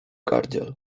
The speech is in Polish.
gardziel